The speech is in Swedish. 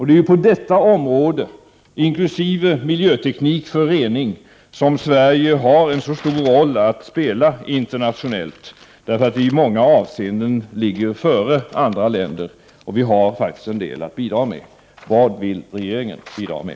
Det är på detta område, inkl. miljöteknik för rening, som Sverige har en stor roll att spela internationellt därför att vi i många avseenden ligger före andra länder. Vi har faktiskt en hel del att bidra med. Vad vill regeringen bidra med?